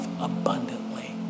abundantly